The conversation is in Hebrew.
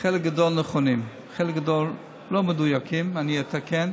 חלק גדול נכונים, חלק גדול לא מדויקים ואני אתקן.